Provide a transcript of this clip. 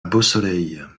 beausoleil